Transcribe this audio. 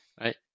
Right